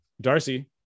darcy